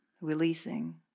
releasing